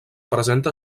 presenta